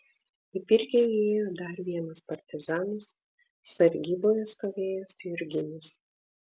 į pirkią įėjo dar vienas partizanas sargyboje stovėjęs jurginis